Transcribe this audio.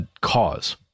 cause